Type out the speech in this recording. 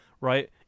right